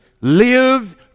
live